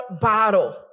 bottle